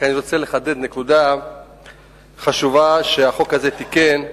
אני רוצה לחדד נקודה חשובה שהחוק הזה תיקן.